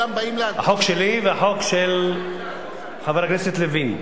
החוק שלי והחוק של חבר הכנסת לוין.